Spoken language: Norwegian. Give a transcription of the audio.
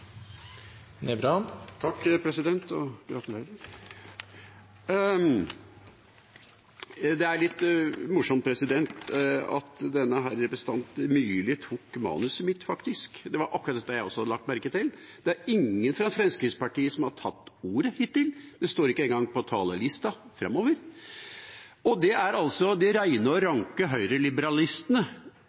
Myrli tok manuset mitt, for det var akkurat dette jeg også hadde lagt merke til: Det er ingen fra Fremskrittspartiet som har tatt ordet hittil. De står ikke engang på talerlisten framover – og det er altså de rene og ranke høyreliberalistene,